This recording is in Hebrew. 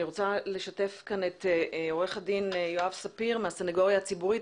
אני רוצה לשתף את עורך הדין יואב ספיר מהסנגוריה הציבורית.